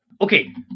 Okay